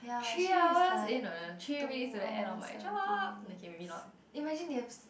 three hours eh no no three minutes to the end of my job okay maybe not imagine they have